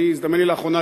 לאחרונה,